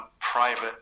private